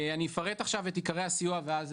אני אפרט עכשיו את עיקרי הסיוע ואז,